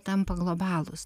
tampa globalūs